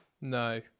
No